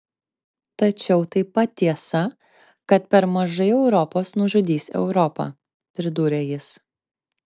tačiau taip pat tiesa kad per mažai europos nužudys europą pridūrė jis